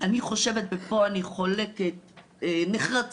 אני חושבת ופה אני חולקת נחרצות,